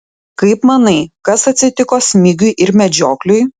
kaip manai kas atsitiko smigiui ir medžiokliui